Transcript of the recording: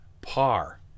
par